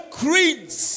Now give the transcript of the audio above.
creeds